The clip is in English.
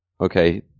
Okay